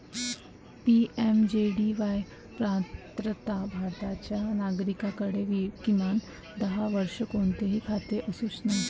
PMJDY पात्रता भारताच्या नागरिकाकडे, किमान दहा वर्षे, कोणतेही खाते असू नये